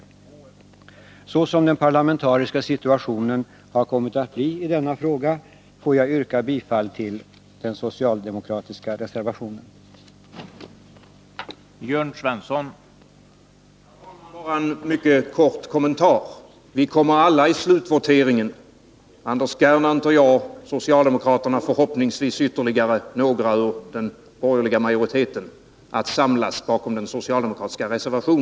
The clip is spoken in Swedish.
26 november 1981 Så som den parlamentariska situationen har kommit att bli i denna fråga, = får jag yrka bifall till den socialdemokratiska reservationen. Skydd för sälstam